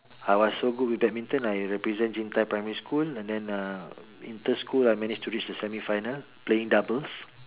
I was so good with badminton I represent jin-tai primary school and then uh inter-school I managed to reach the semifinals playing doubles